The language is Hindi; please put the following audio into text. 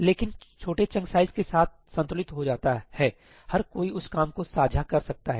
लेकिन छोटे चंक साइज के साथ संतुलित हो जाता है हर कोई उस काम को साझा कर सकता है